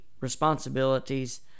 responsibilities